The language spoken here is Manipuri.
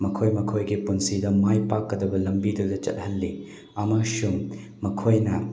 ꯃꯈꯣꯏ ꯃꯈꯣꯏꯒꯤ ꯄꯨꯟꯁꯤꯗ ꯃꯥꯏ ꯄꯥꯛꯀꯗꯕ ꯂꯝꯕꯤꯗꯨꯗ ꯆꯠꯍꯜꯂꯤ ꯑꯃꯁꯨꯡ ꯃꯈꯣꯏꯅ